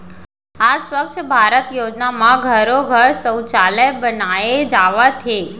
आज स्वच्छ भारत योजना म घरो घर सउचालय बनाए जावत हे